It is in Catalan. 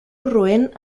roent